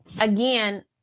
again